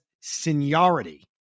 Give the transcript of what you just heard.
seniority